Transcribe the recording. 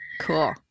Cool